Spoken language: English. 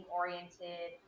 oriented